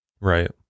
Right